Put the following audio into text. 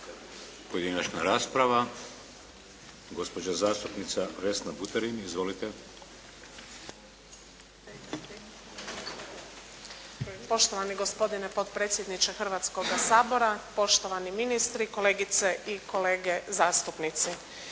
Pojedinačna rasprava. Gospođa zastupnica Vesna Buterin. Izvolite. **Buterin, Vesna (HDZ)** Poštovani gospodine potpredsjedniče Hrvatskoga sabora, poštovani ministri, kolegice i kolege zastupnici.